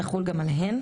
תחול גם עליהן,